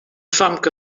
famke